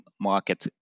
market